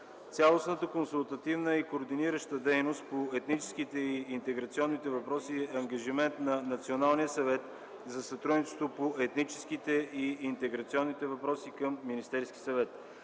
Цялостната консултативна и координираща дейност по етническите и интеграционните въпроси е ангажимент на Националния съвет за сътрудничество по етническите и интеграционните въпроси към Министерския съвет.